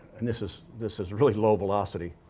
and this is this is really low velocity,